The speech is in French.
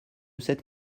cette